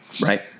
Right